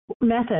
method